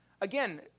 Again